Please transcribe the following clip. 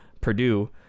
Purdue